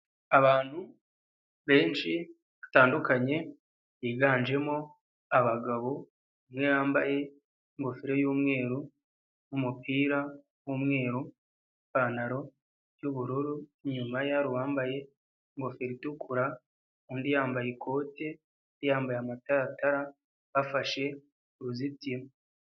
Abantu benshi batandukanye biganjemo abagabo, umwe yambaye ingofero y'umweru n'umupira w'umweru, ipantaro y'ubururu, inyuma ye hari uwambaye ingofero itukura, undi yambaye ikote, yambaye amataratara bafashe uruzitiro.